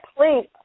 Please